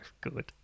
good